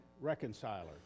reconciler